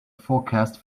forecast